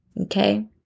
okay